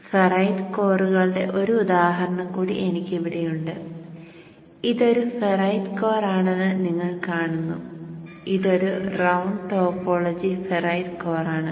ferrite കോറുകളുടെ ഒരു ഉദാഹരണം കൂടി എനിക്കിവിടെയുണ്ട് ഇതൊരു ഫെറൈറ്റ് കോർ ആണെന്ന് നിങ്ങൾ കാണുന്നു ഇതൊരു റൌണ്ട് ടോപ്പോളജി ഫെറൈറ്റ് കോർ ആണ്